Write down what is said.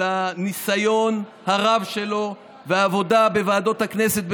על הניסיון הרב שלו והעבודה בוועדות הכנסת,